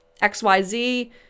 XYZ